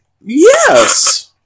Yes